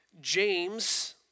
James